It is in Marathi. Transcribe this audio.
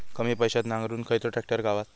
कमी पैशात नांगरुक खयचो ट्रॅक्टर गावात?